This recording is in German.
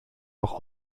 auch